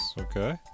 Okay